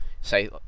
say